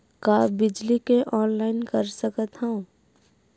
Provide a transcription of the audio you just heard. का बिजली के ऑनलाइन कर सकत हव?